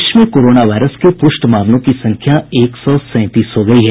देश में corona virus के पुष्ट मामलों की संख्या एक सौ सैंतीस हो गई है